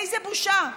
איזה בושה.